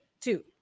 two